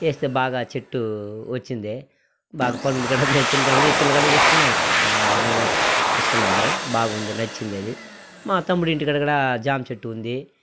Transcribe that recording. వేస్తే బాగా చెట్టూ వచ్చిందే బాగా పండ్లు కూడా మేము తింటున్నాము ఇతరులకు కుడా ఇస్తున్నాము మేమే ఇస్తున్నాము బాగా ఉంది నచ్చిందది మా తమ్ముడి ఇంటికాడ కూడా జామచెట్టు ఉంది